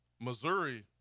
Missouri